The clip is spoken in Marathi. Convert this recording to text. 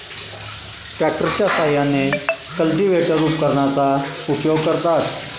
ट्रॅक्टरच्या साहाय्याने कल्टिव्हेटर उपकरणाचा उपयोग करतात